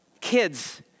Kids